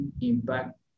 impact